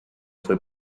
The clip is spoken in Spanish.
fue